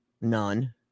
None